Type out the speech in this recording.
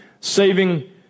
saving